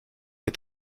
est